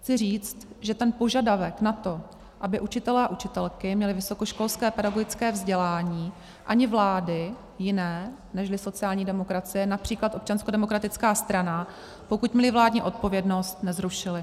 Chci říct, že ten požadavek na to, aby učitelé a učitelky měli vysokoškolské pedagogické vzdělání ani vlády jiné nežli sociální demokracie, například Občanská demokratická strana, pokud měly vládní odpovědnost, nezrušily.